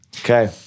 Okay